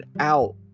out